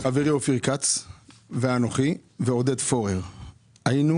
חברי אופיר כץ ואנכי ועודד פורר היינו